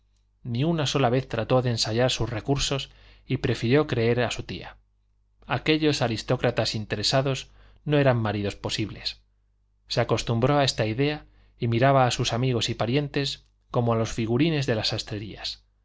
ni una sola vez trató de ensayar sus recursos y prefirió creer a su tía aquellos aristócratas interesados no eran maridos posibles se acostumbró a esta idea y miraba a sus amigos y parientes como a los figurines de las